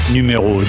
Numéro